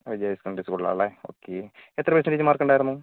വിജയ higher secondary സ്കൂളിലാണല്ലേ okay എത്ര percentage mark ഉണ്ടായിരുന്നു